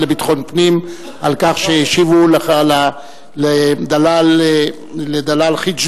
לביטחון הפנים על כך שהשיבו לדלאל חיג'לה.